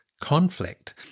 conflict